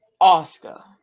Oscar